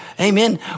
amen